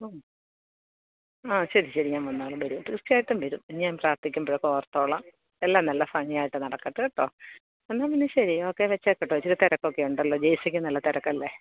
ആ ശരി ശരി ഞാൻ വന്നാലും വരും തീർച്ചയായിട്ടും വരും ഇന്ന് ഞാൻ പ്രാർത്ഥിക്കുമ്പോൾ ഇതൊക്കെ ഓർത്തോളാം എല്ലാം നല്ല ഭംഗിയായിട്ട് നടക്കട്ട് കേട്ടോ എന്നാൽ പിന്നെ ശരി ഓക്കെ വെച്ചേക്കട്ടോ ഇച്ചിരി തിരക്കൊക്കെ ഉണ്ടല്ലോ ജെയ്സിക്കും നല്ല തിരക്കല്ലേ